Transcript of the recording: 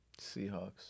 Seahawks